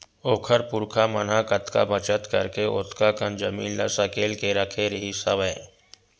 ओखर पुरखा मन ह कतका बचत करके ओतका कन जमीन ल सकेल के रखे रिहिस हवय